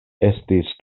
estis